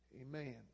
amen